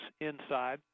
inside